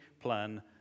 plan